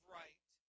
right